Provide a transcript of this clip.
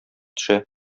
төшә